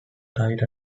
tyler